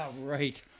right